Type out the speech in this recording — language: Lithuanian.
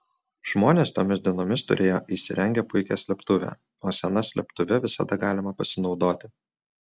žmonės tomis dienomis turėjo įsirengę puikią slėptuvę o sena slėptuve visada galima pasinaudoti